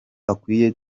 akwiye